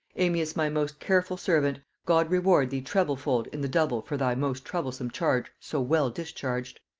amias, my most careful servant, god reward thee treble fold in the double for thy most troublesome charge so well discharged!